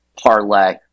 parlay